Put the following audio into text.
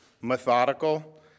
methodical